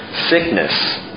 sickness